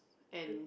and